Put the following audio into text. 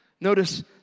Notice